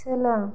सोलों